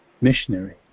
missionary